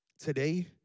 Today